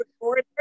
order